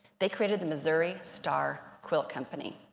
they created the missouri star quilt company.